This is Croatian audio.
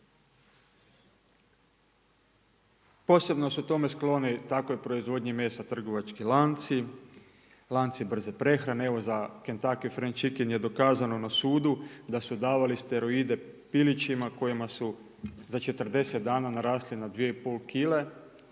Posebno su tome skloni, takvoj proizvodnji mesa trgovački lanci, lanci brze prehrane. Evo za Kentucky fried chicken je dokazano na sudu da su davali steroide pilićima kojima su za 40 dana narasli na 2,5kg